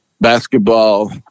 basketball